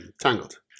Tangled